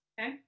okay